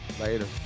Later